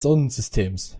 sonnensystems